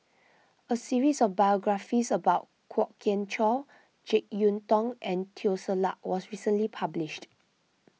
a series of biographies about Kwok Kian Chow Jek Yeun Thong and Teo Ser Luck was recently published